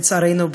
לצערנו,